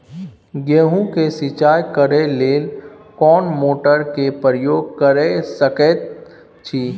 गेहूं के सिंचाई करे लेल कोन मोटर के प्रयोग कैर सकेत छी?